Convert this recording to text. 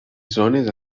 zones